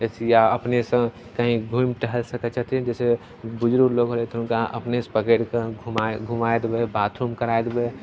जइसे या अपनेसे कहीँ घुमि टहलि सकै छथिन जइसे बुजुर्ग लोक होलै तऽ हुनका अपनेसे पकड़िके घुमै घुमै देबै बाथरूम करै देबै